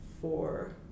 four